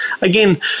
again